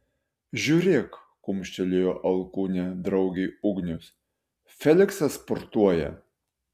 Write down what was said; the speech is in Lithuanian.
žiūrėk kumštelėjo alkūne draugei ugnius feliksas sportuoja